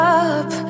up